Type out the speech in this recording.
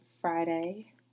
Friday